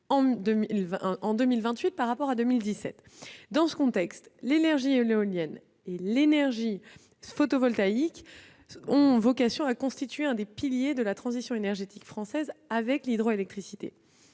en 2028 par rapport à 2017. Dans ce contexte, l'énergie éolienne et l'énergie photovoltaïque ont vocation à constituer un des piliers de la transition énergétique française avec l'hydroélectricité.